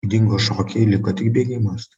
dingo šokiai liko tik bėgimas